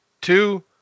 two